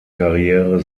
karriere